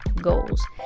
goals